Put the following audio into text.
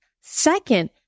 Second